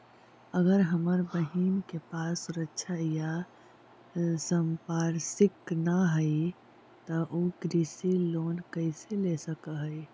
अगर हमर बहिन के पास सुरक्षा या संपार्श्विक ना हई त उ कृषि लोन कईसे ले सक हई?